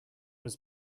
was